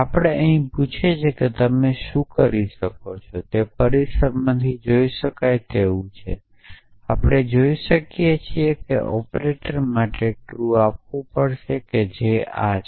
આપણે અહીં પુછે છે કે તમે શું કરી શકો છો તે પ્રિમીસિસમાંથી જોઈ શકાય તેવું છે તે આપણે જોઈ શકીએ છીએ આપણે ઓપરેટરો માટે ટ્રૂ આપવું પડશે તે આ છે